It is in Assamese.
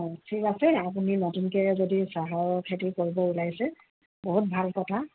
অঁ ঠিক আছে আপুনি নতুনকৈ যদি চাহৰ খেতি কৰিব ওলাইছে বহুত ভাল কথা